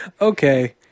okay